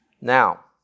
Now